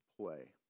play